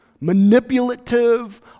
manipulative